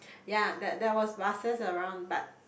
ya there there was buses around but